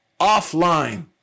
offline